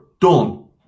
done